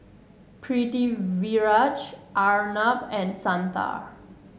Pritiviraj Arnab and Santha